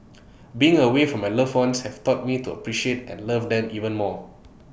being away from my loved ones has taught me to appreciate and love them even more